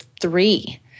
three